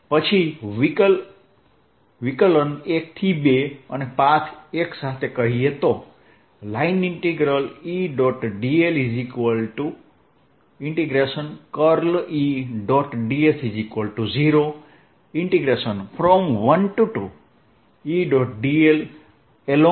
પછી વિકલન 1 થી 2 અનેપાથ 1 સાથે કહીએ તો E